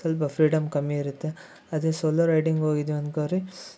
ಸ್ವಲ್ಪ ಫ್ರೀಡಮ್ ಕಮ್ಮಿ ಇರುತ್ತೆ ಅದೇ ಸೋಲೊ ರೈಡಿಂಗ್ ಹೋಗಿದ್ವಿ ಅನ್ಕೊಳ್ರಿ